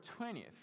20th